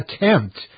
attempt